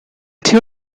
theory